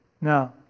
Now